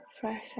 fresh